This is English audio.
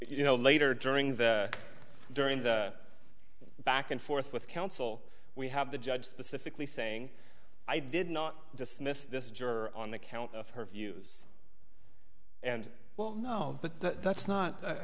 you know later during the during the back and forth with counsel we have the judge specifically saying i did not dismiss this juror on the count of her views and well no but that's not i